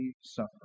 suffer